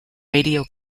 radio